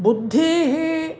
बुद्धेः